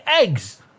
eggs